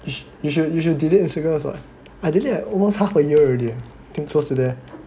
you s~ you should you should delete Instagram also [what] I delete like almost half a year already eh I think close to there